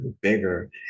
bigger